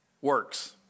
works